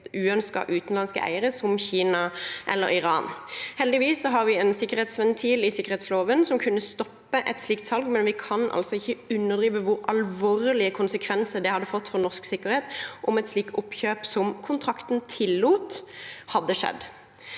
uønskede utenlandske eiere, som Kina eller Iran. Heldigvis har vi en sikkerhetsventil i sikkerhetsloven som kunne stoppet et slikt salg, men vi kan altså ikke underdrive hvor alvorlige konsekvenser det hadde fått for norsk sikkerhet om et slikt oppkjøp, som kontrakten tillot, hadde skjedd.